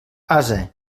ase